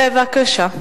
בבקשה.